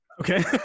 Okay